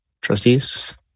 trustees